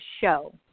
show